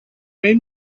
made